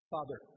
Father